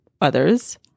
others